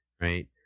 right